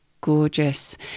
gorgeous